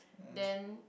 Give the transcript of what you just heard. then